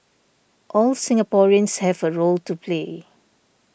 all Singaporeans have a role to play